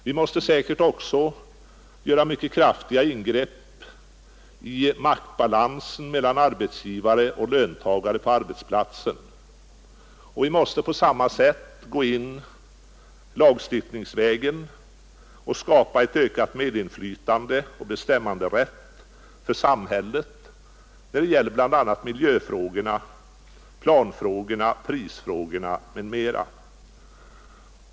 Vi måste säkert också göra mycket kraftiga ingrepp i maktbalansen mellan arbetsgivare och löntagare på arbetsplatsen, och vi måste på samma sätt gå in lagstiftningsvägen och skapa ett ökat medinflytande och bestämmanderätt för samhället när det gäller bl.a. miljöfrågorna, planfrågorna och prisfrågorna.